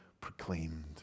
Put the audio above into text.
proclaimed